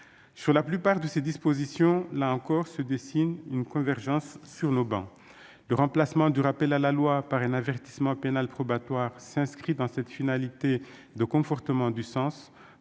Sur la plupart de ces dispositions, là encore, une convergence se dessine sur nos travées. Le remplacement du rappel à la loi par un avertissement pénal probatoire s'inscrit dans cette finalité de confortement du sens,